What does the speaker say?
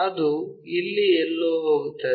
ಅದು ಇಲ್ಲಿ ಎಲ್ಲೋ ಹೋಗುತ್ತದೆ